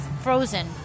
Frozen